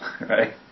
Right